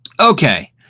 Okay